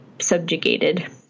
subjugated